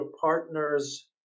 partner's